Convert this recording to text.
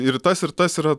ir tas ir tas yra